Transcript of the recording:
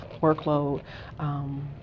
workload